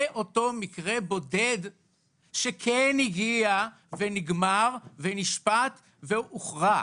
זה אותו מקרה בודד שכן הגיע ונגמר ונשפט והוכרע.